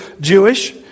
Jewish